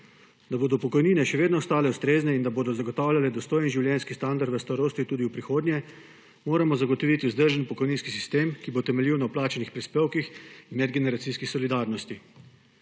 Da bodo pokojnine še vedno ostale ustrezne in da bodo zagotavljale dostojen življenjski standard v starosti tudi v prihodnje, moramo zagotoviti vzdržen pokojninski sistem, ki bo temeljil na vplačanih prispevkih in medgeneracijski solidarnosti.